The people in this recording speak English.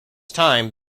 time